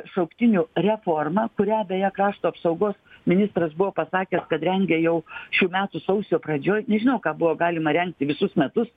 šauktinių reformą kurią beje krašto apsaugos ministras buvo pasakęs kad rengia jau šių metų sausio pradžioj nežinau ką buvo galima rengti visus metus